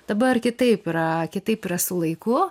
dabar kitaip yra kitaip yra su laiku